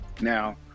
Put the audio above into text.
now